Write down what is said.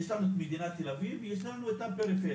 יש לנו מדינת תל אביב ויש לנו את הפריפריה,